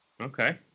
Okay